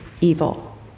evil